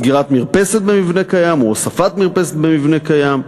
מרפסת במבנה קיים, או הוספת מרפסת במבנה קיים,